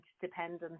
dependent